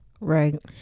Right